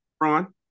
Ron